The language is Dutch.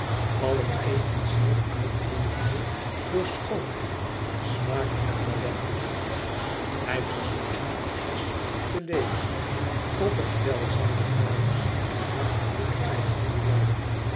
alien evenzeer uitmuntende door schoonheid smaak en talenten hij verzoekt hen een glas te ledigen op het welzijn der dames en haar geluk in het nieuwe jaar